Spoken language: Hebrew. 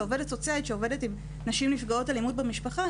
לעובדת סוציאלית שעובדת עם נשים נפגעות אלימות במשפחה,